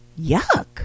Yuck